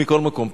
מכל מקום,